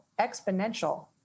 exponential